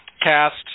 cast